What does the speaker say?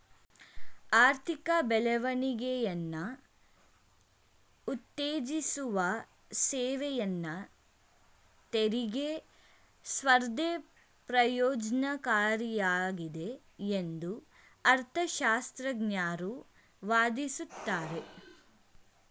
ಆರ್ಥಿಕ ಬೆಳವಣಿಗೆಯನ್ನ ಉತ್ತೇಜಿಸುವ ಸೇವೆಯನ್ನ ತೆರಿಗೆ ಸ್ಪರ್ಧೆ ಪ್ರಯೋಜ್ನಕಾರಿಯಾಗಿದೆ ಎಂದು ಅರ್ಥಶಾಸ್ತ್ರಜ್ಞರು ವಾದಿಸುತ್ತಾರೆ